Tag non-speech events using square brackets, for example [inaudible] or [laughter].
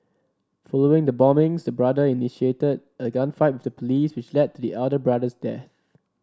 following the bombings the brother initiated a gunfight [unintelligible] police which led the elder brother's death